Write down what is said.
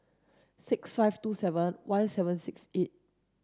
six five two seven one seven six eight